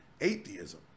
atheism